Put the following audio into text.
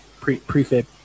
prefab